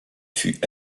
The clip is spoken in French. fut